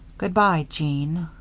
good-by, jeanne.